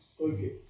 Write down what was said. Okay